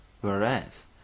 whereas